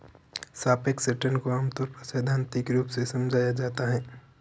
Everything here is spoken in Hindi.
सापेक्ष रिटर्न को आमतौर पर सैद्धान्तिक रूप से समझाया जाता है